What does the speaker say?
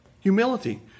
Humility